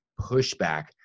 pushback